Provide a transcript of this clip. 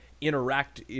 interact